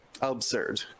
absurd